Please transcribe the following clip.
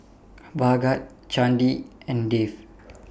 Bhagat Chandi and Dev